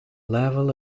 level